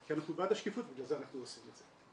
כי אנחנו בעד השקיפות, בגלל זה אנחנו עושים את זה.